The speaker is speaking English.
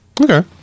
Okay